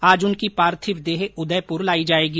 आज उनकी पार्थिव देह उदयपुर लाई जाएगी